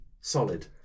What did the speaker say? solid